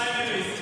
זה טוב לפריימריז.